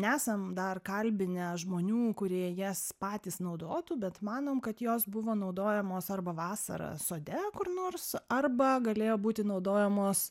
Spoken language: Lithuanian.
nesam dar kalbinę žmonių kurie jas patys naudotų bet manom kad jos buvo naudojamos arba vasarą sode kur nors arba galėjo būti naudojamos